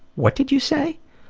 what did you say?